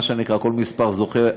מה שנקרא "כל מספר זוכה",